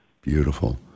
Beautiful